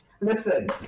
listen